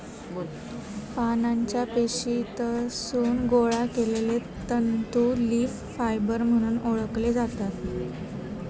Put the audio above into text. पानांच्या पेशीतसून गोळा केलले तंतू लीफ फायबर म्हणून ओळखले जातत